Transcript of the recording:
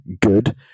Good